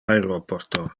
aeroporto